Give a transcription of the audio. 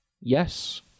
yes